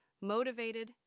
motivated